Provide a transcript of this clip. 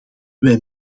wij